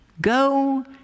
Go